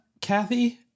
Kathy